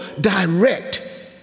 direct